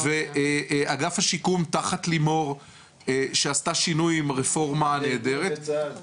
ואגף השיקום תחת לימור שעשתה שינוי עם רפורמה נהדרת,